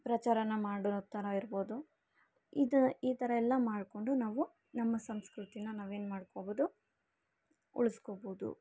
ಪ್ರಚಾರನ ಮಾಡೋ ಥರ ಇರ್ಬೋದು ಇದು ಈ ಥರ ಎಲ್ಲ ಮಾಡ್ಕೊಂಡು ನಾವು ನಮ್ಮ ಸಂಸ್ಕೃತಿಯ ನಾವೇನು ಮಾಡ್ಕೊಬೋದು ಉಳಿಸ್ಕೋಬೋದು